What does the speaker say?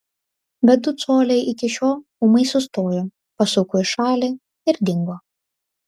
bet du coliai iki šio ūmai sustojo pasuko į šalį ir dingo